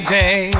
day